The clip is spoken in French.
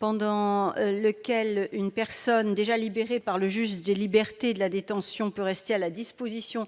pendant lequel une personne déjà libérée par le juge des libertés et de la détention peut rester à la disposition